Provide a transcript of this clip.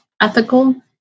ethical